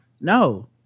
no